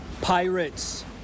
Pirates